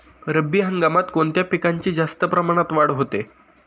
रब्बी हंगामात कोणत्या पिकांची जास्त प्रमाणात वाढ होते?